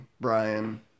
Brian